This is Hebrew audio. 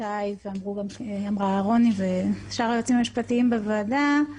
ואמרה רוני ושאר היועצים המשפטיים בוועדה,